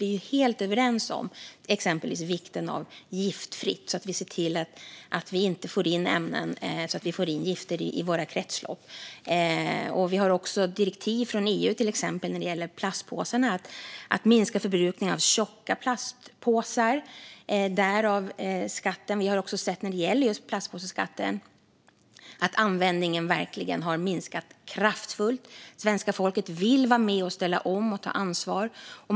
Vi är helt överens när det gäller exempelvis vikten av giftfritt och att vi inte får ämnen som gör att vi får in gifter i våra kretslopp. När det gäller plastpåsarna har vi direktiv från EU om att till exempel minska förbrukningen av tjocka plastpåsar, därav plastpåseskatten. Vi har också sett att användningen verkligen har minskat kraftfullt. Svenska folket vill vara med och ställa om och ta ansvar.